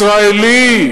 ישראלי,